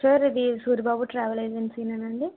sir ఇది Suribabu travel ఏజెన్సీనేనండి